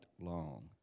long